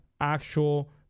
actual